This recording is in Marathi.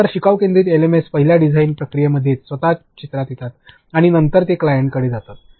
तर शिकाऊ केंद्रित एलएमएस पहिल्या डिझाइन प्रक्रियेमध्येच स्वतः चित्रात येतात आणि नंतर ते क्लायंटकडे जातात